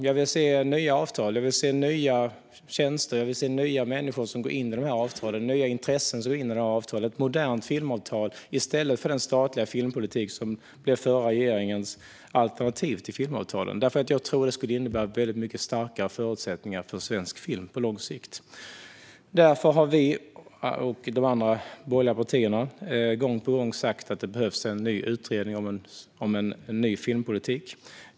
Jag vill se nya avtal och nya tjänster. Jag vill se nya människor och nya intressen som går in i avtalen. Jag vill se ett modernt filmavtal i stället för den statliga filmpolitik som blev den förra regeringens alternativ till filmavtalen, för jag tror att det skulle innebära mycket starkare förutsättningar för svensk film på lång sikt. Därför har vi och de andra borgerliga partierna gång på gång sagt att det behövs en ny utredning om en ny filmpolitik.